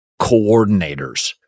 coordinators